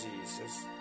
jesus